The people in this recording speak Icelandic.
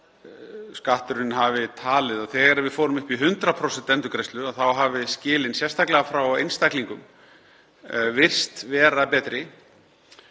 Skatturinn hafi talið að þegar við fórum upp í 100% endurgreiðslu hafi skilin, sérstaklega frá einstaklingum, virst vera betri.